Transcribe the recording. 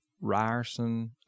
ryerson